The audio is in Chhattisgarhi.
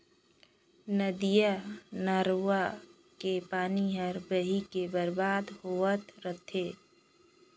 नदिया नरूवा के पानी हर बही के बरबाद होवत रथे